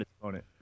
opponent